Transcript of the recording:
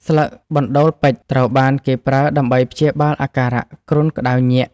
ស្លឹកបណ្តូលពេជ្រត្រូវបានគេប្រើដើម្បីព្យាបាលអាការៈគ្រុនក្តៅញាក់។